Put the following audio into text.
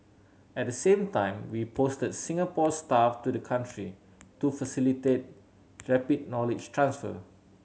at the same time we posted Singapore staff to the country to facilitate rapid knowledge transfer